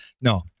no